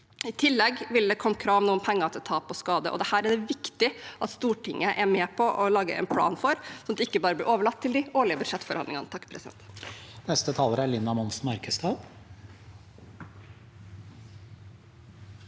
I tillegg vil det komme krav om penger til tap og skade. Dette er det viktig at Stortinget er med på å lage en plan for, sånn at det ikke bare blir overlatt til de årlige budsjettforhandlingene.